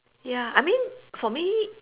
ya I mean for me